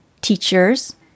teachers